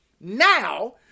now